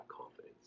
confidence